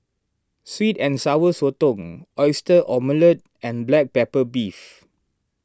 Sweet and Sour Sotong Oyster Omelette and Black Pepper Beef